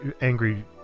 angry